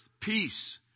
peace